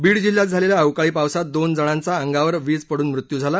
बीड जिल्ह्यात झालेल्या अवकाळी पावसात दोन जणाचा अंगावर वीज पडून मृत्यू झाला